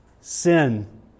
sin